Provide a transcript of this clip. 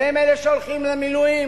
שהם אלה שהולכים למילואים,